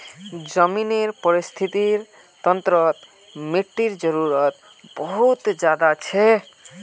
ज़मीनेर परिस्थ्तिर तंत्रोत मिटटीर जरूरत बहुत ज़्यादा छे